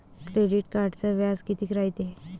Credit कार्डचं व्याज कितीक रायते?